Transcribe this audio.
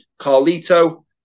Carlito